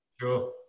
Sure